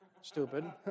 Stupid